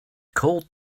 called